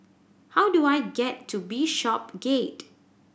how do I get to Bishopsgate